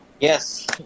Yes